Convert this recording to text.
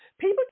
people